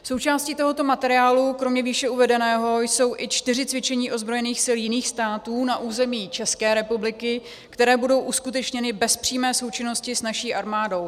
Součástí tohoto materiálu kromě výše uvedeného jsou i čtyři cvičení ozbrojených sil jiných států na území ČR, které budou uskutečněny bez přímé součinnosti s naší armádou.